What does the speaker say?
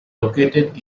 located